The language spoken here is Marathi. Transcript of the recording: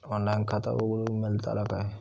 ऑनलाइन खाता उघडूक मेलतला काय?